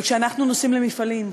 אבל כשאנחנו נוסעים למפעלים,